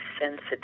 sensitive